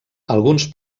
alguns